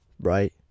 right